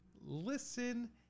listen